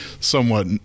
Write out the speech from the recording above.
somewhat